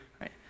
right